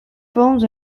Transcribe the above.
films